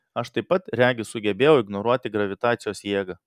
aš taip pat regis sugebėjau ignoruoti gravitacijos jėgą